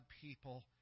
people